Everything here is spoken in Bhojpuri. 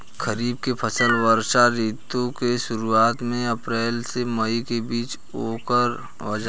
खरीफ के फसल वर्षा ऋतु के शुरुआत में अप्रैल से मई के बीच बोअल जाला